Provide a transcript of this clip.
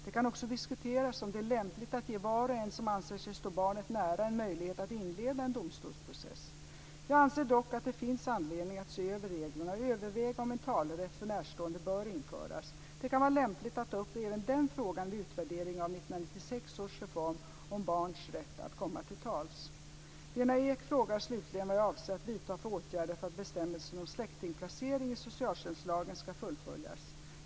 Det kan också diskuteras om det är lämpligt att ge var och en som anser sig stå barnet nära en möjlighet att inleda en domstolsprocess. Jag anser dock att det finns anledning att se över reglerna och överväga om en talerätt för närstående bör införas. Det kan vara lämpligt att ta upp även den frågan vid utvärderingen av 1996 års reform om barns rätt att komma till tals. Lena Ek frågar slutligen vad jag avser att vidta för åtgärder för att bestämmelsen om släktingplaceringar i socialtjänstlagen ska fullföljas.